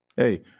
hey